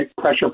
pressure